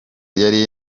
yari